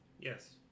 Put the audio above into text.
yes